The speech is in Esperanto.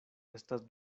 estas